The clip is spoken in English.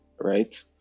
right